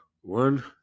one